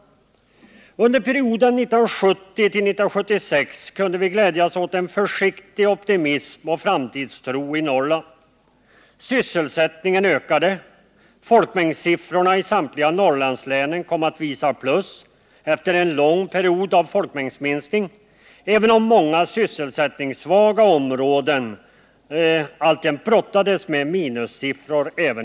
Under perioden 1970-1976 kunde vi glädja oss åt en försiktig optimism och framtidstro i Norrland. Sysselsättningen ökade och folkmängdssiffrorna i samtliga Norrlandslän blev efter en lång period av befolkningsminskning plussiffror, även om många sysselsättningssvaga områden alltjämt brottades med minussiffror.